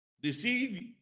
Deceive